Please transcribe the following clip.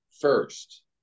first